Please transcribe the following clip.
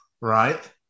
Right